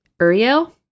Uriel